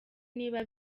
niba